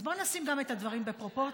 אז בואו נשים את הדברים בפרופורציה.